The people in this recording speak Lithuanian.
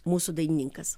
mūsų dainininkas